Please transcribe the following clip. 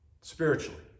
Spiritually